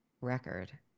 record